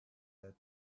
that